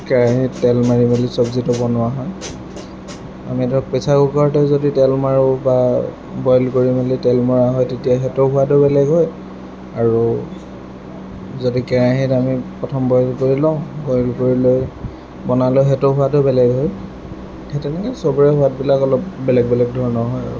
কেৰাহিত তেল মাৰি মেলি চবজিটো বনোৱা হয় আমি ধৰক প্ৰেছাৰ কুকাৰতে যদি তেল মাৰোঁ বা বইল কৰি মেলি তেল মৰা হয় তেতিয়া সেইটো সোৱাদো বেলেগ হয় আৰু যদি কেৰাহিত আমি প্ৰথম বইল কৰি লওঁ বইল কৰি লৈ বনালে সেইটো সোৱাদো বেলেগ হয় সেই তেনেকৈয়ে চবৰে সোৱাদবিলাক অলপ বেলেগ বেলেগ ধৰণৰ হয় আৰু